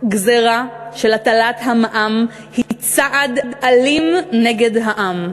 שהגזירה של הטלת המע"מ היא צעד אלים נגד העם,